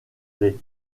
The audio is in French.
les